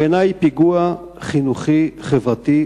בעיני היא פיגוע חינוכי חברתי חמור.